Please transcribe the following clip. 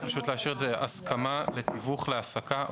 להשאיר את זה: הסכמה לתיווך להעסקה,